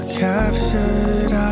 captured